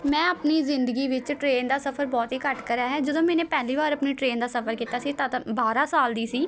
ਮੈਂ ਆਪਣੀ ਜ਼ਿੰਦਗੀ ਵਿੱਚ ਟਰੇਨ ਦਾ ਸਫ਼ਰ ਬਹੁਤ ਹੀ ਘੱਟ ਕਰਿਆ ਹੈ ਜਦੋਂ ਮੈਨੇ ਪਹਿਲੀ ਵਾਰ ਆਪਣੀ ਟਰੇਨ ਦਾ ਸਫ਼ਰ ਕੀਤਾ ਸੀ ਤਦ ਬਾਰਾਂ ਸਾਲ ਦੀ ਸੀ